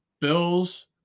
Bills